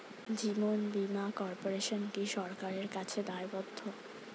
জীবন বীমা কর্পোরেশন কি সরকারের কাছে দায়বদ্ধ?